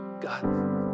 God